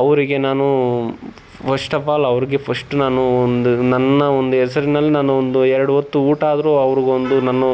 ಅವರಿಗೆ ನಾನು first of all ಅವ್ರಿಗೆ ಫಸ್ಟ್ ನಾನು ಒಂದು ನನ್ನ ಒಂದು ಹೆಸ್ರಿನಲ್ ನಾನು ಒಂದು ಎರಡು ಹೊತ್ತು ಊಟ ಆದರೂ ಅವ್ರಿಗೊಂದು ನಾನು